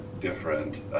different